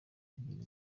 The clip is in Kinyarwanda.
ebyiri